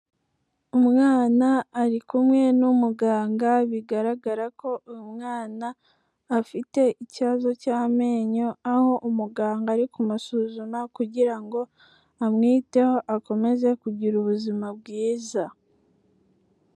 Umwana ari kumwe n'umuganga bigaragara ko uyu mwana afite ikibazo cy'amenyo, aho umuganga ari kumusuzuma kugira ngo amwiteho akomeze kugira ubuzima bwiza.